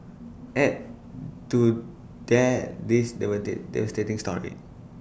add to that this the weather devastating story